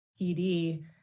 PD